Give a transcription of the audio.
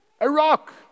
Iraq